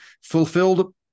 fulfilled